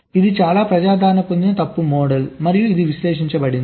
ఇది చాలా ప్రజాదరణ పొందిన తప్పు మోడల్ మరియు ఇది విశ్లేషించబడింది